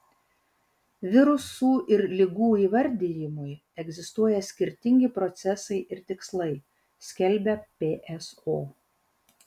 virusų ir ligų įvardijimui egzistuoja skirtingi procesai ir tikslai skelbia pso